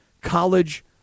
college